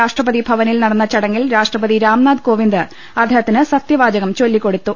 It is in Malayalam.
രാഷ്ട്രപതിഭവനിൽ നടന്ന ചടങ്ങിൽ രാഷ്ട്രപതി രാംനാഥ് കോവിന്ദ് അദ്ദേഹത്തിന് സത്യവാചകം ചൊല്ലിക്കൊടുത്തു